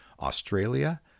Australia